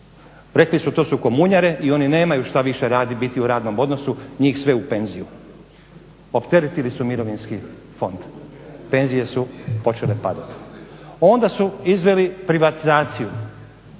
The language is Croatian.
Rekli su to su komunjare i oni nemaju šta više biti u radnom odnosu njih sve u penziju. Opteretili su mirovinski fond, penzije su počele padati. Onda su izveli privatizaciju